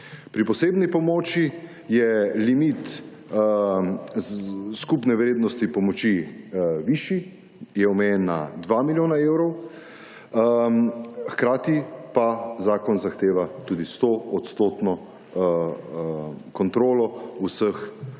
Pri posebni pomoči je limit skupne vrednosti pomoči višji, je omejen na 2 milijona evrov, hkrati pa zakon zahteva tudi 100 odstotno kontrolo vseh